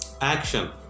Action